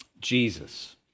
Jesus